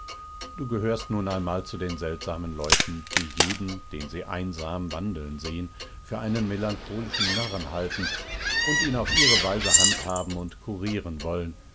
du gehörst nun einmal zu den seltsamen leuten die jeden den sie einsam wandeln sehn für einen melancholischen narren halten und ihn auf ihre weise handhaben und kurieren wollen